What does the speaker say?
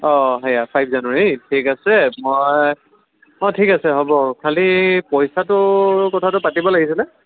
অঁ সেয়া five January ঠিক আছে মই অঁ ঠিক আছে হ'ব খালি পইচাটো কথাটো পাতিব লাগিছিলে